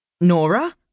Nora